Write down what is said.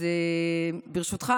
ברשותך,